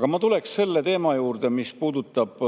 Aga ma tuleksin selle teema juurde, mis puudutab